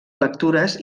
lectures